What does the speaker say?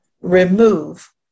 Remove